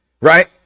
right